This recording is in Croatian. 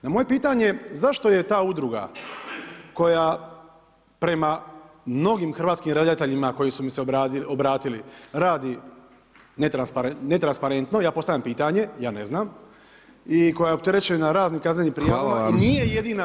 Na moje pitanje zašto je ta udruga koja prema mnogim hrvatskim redateljima koji su mi se obratili radi netransparentno, ja postavljam pitanje, ja ne znam i koja je opterećena raznim kaznenim prijavama [[Upadica Dončić: Hvala vam.]] i nije jedina